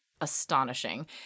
Astonishing